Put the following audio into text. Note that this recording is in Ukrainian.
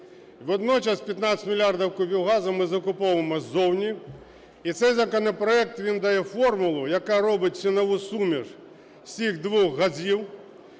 Водночас 15 мільярдів кубів газу ми закуповуємо ззовні. І цей законопроект, він дає формулу, яка робить цінову суміш з цих двох газів